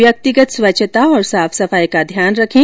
व्यक्तिगत स्वच्छता और साफ सफाई का ध्यान रखें